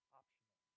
optional